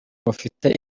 mufite